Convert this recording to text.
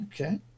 okay